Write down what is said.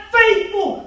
faithful